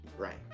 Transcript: Right